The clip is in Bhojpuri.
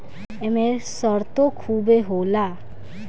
एमे सरतो खुबे होला